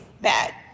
bad